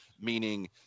meaning